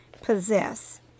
possess